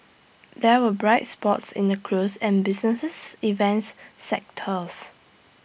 there were bright spots in the cruise and businesses events sectors